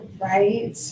right